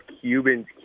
Cubans